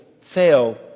fail